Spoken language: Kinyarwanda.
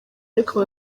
ariko